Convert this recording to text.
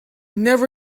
never